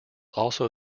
also